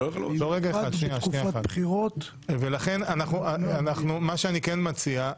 מה שאני כן מציע,